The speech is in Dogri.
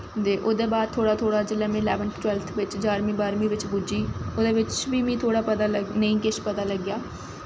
ते ओह्दै बाद में थोह्ड़ा थोह्ड़ा जिसलै में इलैवन्थ टवैल्थ जारमीं बारमीं बिच्च पुज्जी ओह्दै बिच्च बी मिगी थोह्ड़ा पता लग्गेआ